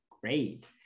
great